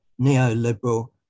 neoliberal